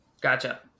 Gotcha